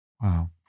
Wow